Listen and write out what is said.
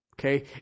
Okay